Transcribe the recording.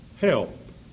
Help